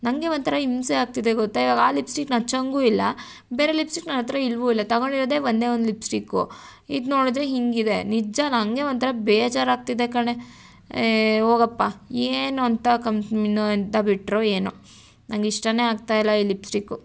ನನಗೆ ಒಂಥರ ಹಿಂಸೆ ಆಗ್ತಿದೆ ಗೊತ್ತಾ ಇವಾಗ ಆ ಲಿಪ್ಸ್ಟಿಕ್ನ್ನ ಹಚ್ಚೊಂಗು ಇಲ್ಲ ಬೇರೆ ಲಿಪ್ಸ್ಟಿಕ್ ನನ್ನತ್ತಿರ ಇಲ್ವೇ ಇಲ್ಲ ತಗೊಂಡಿರೋದೆ ಒಂದೇ ಒಂದು ಲಿಪ್ಸ್ಟಿಕು ಇದು ನೋಡಿದ್ರೆ ಹೀಗಿದೆ ನಿಜ ನನಗೆ ಒಂಥರ ಬೇಜರಾಗ್ತಿದೆ ಕಣೇ ಏ ಹೋಗಪ್ಪ ಏನು ಅಂತ ಕಂಪ್ನಿನೋ ಎಂಥ ಬಿಟ್ಟರೋ ಏನೋ ನನಗ್ ಇಷ್ಟನೇ ಆಗ್ತಾಯಿಲ್ಲ ಈ ಲಿಪ್ಸ್ಟಿಕ್ಕು